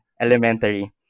elementary